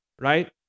right